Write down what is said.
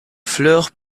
fleur